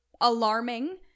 alarming